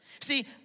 See